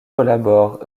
collabore